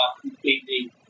completely